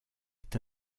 est